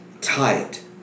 tight